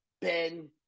Ben